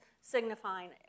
signifying